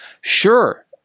sure